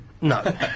No